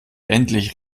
endlich